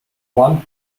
one